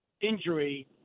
injury